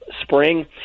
spring